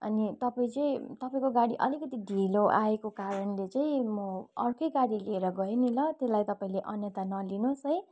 अनि तपाईँ चाहिँ तपाईँको गा़डी अलिकति ढिलो आएको कारणले चाहिँ म अर्कै गाडी लिएर गएँ नि ल त्यसलाई तपाईँले अन्यथा नलिनुहोस् है